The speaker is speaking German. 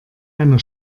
einer